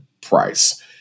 price